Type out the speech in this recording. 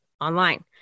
Online